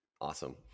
Awesome